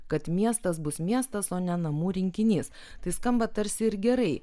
kad miestas bus miestas o ne namų rinkinys tai skamba tarsi ir gerai